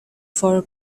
for